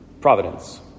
providence